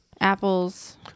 Apples